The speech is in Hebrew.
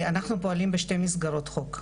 אנחנו פועלים בשתי מסגרות חוק,